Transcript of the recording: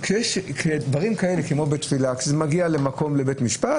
כשדברים כמו בית תפילה מגיעים לבית משפט,